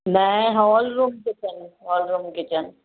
ऐं hall room kitchen hall room kitchen